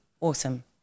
awesome